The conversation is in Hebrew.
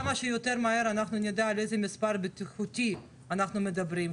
כמה שנדע יותר מהר על איזה מספר בטיחותי אנחנו מדברים,